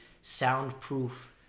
soundproof